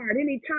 Anytime